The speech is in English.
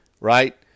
right